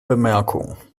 bemerkung